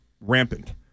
rampant